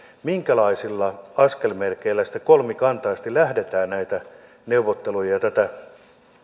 minkälaisilla askelmerkeillä sitten kolmikantaisesti lähdetään näitä neuvotteluja käymään ja tätä